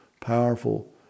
powerful